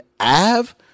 Av